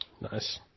Nice